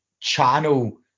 channel